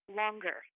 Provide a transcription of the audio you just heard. longer